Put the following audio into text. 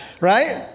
Right